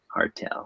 hardtail